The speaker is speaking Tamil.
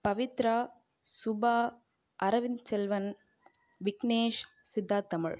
பவித்ரா சுபா அரவிந்த் செல்வன் விக்னேஷ் சித்தார்த் தமிழ்